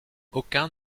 aucun